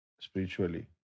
spiritually